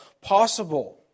possible